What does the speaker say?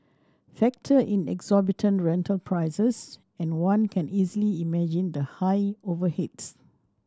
factor in exorbitant rental prices and one can easily imagine the high overheads